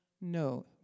no